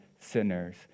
sinners